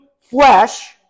flesh